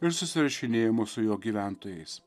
ir susirašinėjimo su jo gyventojais